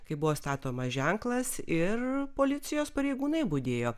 kaip buvo statomas ženklas ir policijos pareigūnai budėjo